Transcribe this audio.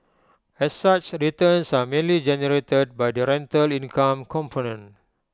as such returns are mainly generated by the rental income component